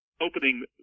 opening